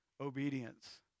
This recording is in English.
obedience